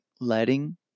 letting